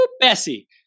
Bessie